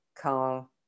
Carl